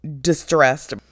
distressed